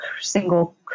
Single